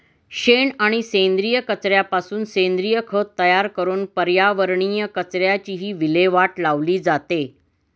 शेण आणि सेंद्रिय कचऱ्यापासून सेंद्रिय खत तयार करून पर्यावरणीय कचऱ्याचीही विल्हेवाट लावली जाते